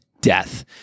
death